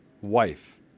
wife